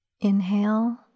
Inhale